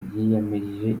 yiyamirije